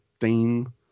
theme